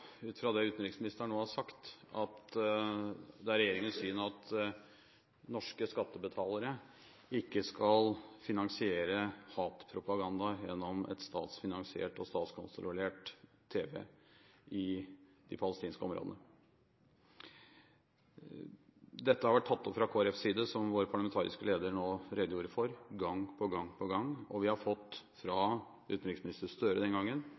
det utenriksministeren nå har sagt, går jeg ut fra at det er regjeringens syn at norske skattebetalere ikke skal finansiere hatpropaganda gjennom statsfinansiert og statskontrollert tv i de palestinske områdene. Dette har vært tatt opp fra Kristelig Folkepartis side, som vår parlamentariske leder nå redegjorde for, gang på gang på gang, og vi har fra tidligere utenriksminister Gahr Støre